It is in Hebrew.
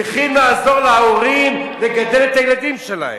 צריכים לעזור להורים לגדל את הילדים שלהם.